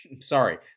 Sorry